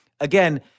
Again